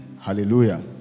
Hallelujah